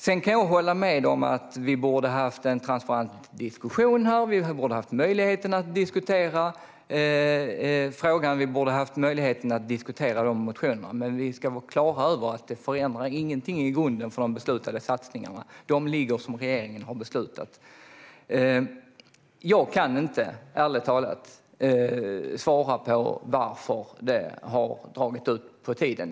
Sedan kan jag hålla med om att vi borde ha haft möjligheten till en transparent diskussion här. Vi borde ha haft möjlighet att diskutera de motionerna. Men vi ska vara klara över att det förändrar ingenting i grunden för de beslutade satsningarna. De ligger som regeringen har beslutat. Ärligt talat kan jag inte svara på varför det har dragit ut på tiden.